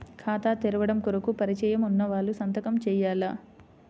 ఖాతా తెరవడం కొరకు పరిచయము వున్నవాళ్లు సంతకము చేయాలా?